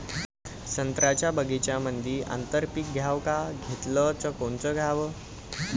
संत्र्याच्या बगीच्यामंदी आंतर पीक घ्याव का घेतलं च कोनचं घ्याव?